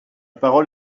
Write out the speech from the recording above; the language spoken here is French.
parole